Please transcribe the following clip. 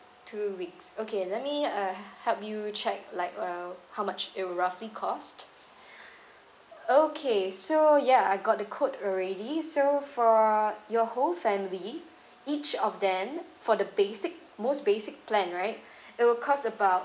two weeks okay let me uh help you check like uh how much it will roughly cost okay so ya I got the quote already so for your whole family each of them for the basic most basic plan right it will cost about